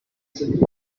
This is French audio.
que